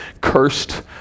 Cursed